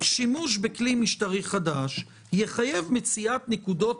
שימוש בכלי משטרי חדש יחייב מציאת נקודות